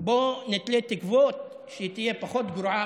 בואו נתלה תקוות שהיא תהיה פחות גרועה,